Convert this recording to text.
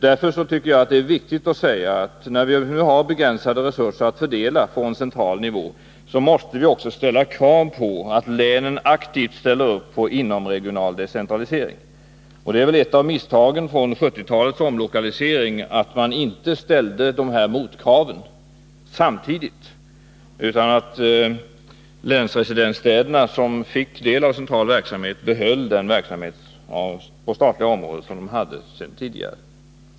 Därför är det viktigt att framhålla att när vi nu har begränsade resurser att fördela från central nivå, så måste vi också ställa krav på att länen aktivt ställer upp på inomregional decentralisering. Ett av misstagen i 1970-talets omlokalisering var väl just att man inte ställde de här kraven på motprestation samtidigt. Länsresidensstäderna, som fick del av central verksamhet, behöll den verksamhet på det statliga området som de hade sedan tidigare.